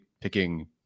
picking